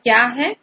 यह क्या है